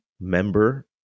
member